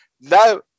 Now